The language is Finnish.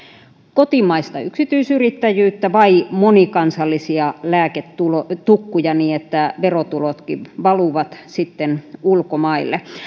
kotimaista yksityisyrittäjyyttä vai monikansallisia lääketukkuja niin että verotulotkin valuvat sitten ulkomaille